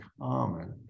common